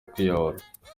kwiyahura